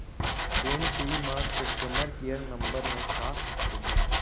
Phone पे म customer care number ह का होथे?